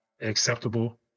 acceptable